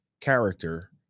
character